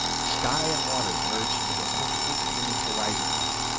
sky and water merged into a perfectly clean horizon line.